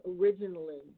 originally